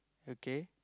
okay